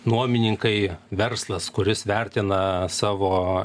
nuomininkai verslas kuris vertina savo